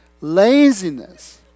Laziness